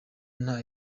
nta